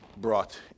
brought